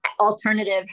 alternative